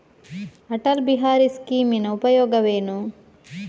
ಅಟಲ್ ಬಿಹಾರಿ ಸ್ಕೀಮಿನ ಉಪಯೋಗವೇನು?